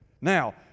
Now